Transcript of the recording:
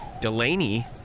Delaney